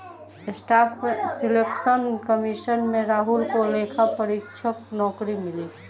staff selection commission से राहुल को लेखा परीक्षक नौकरी मिली